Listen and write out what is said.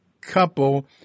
couple